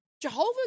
Jehovah's